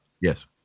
Yes